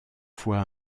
fois